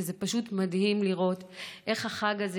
וזה פשוט מדהים לראות איך החג הזה,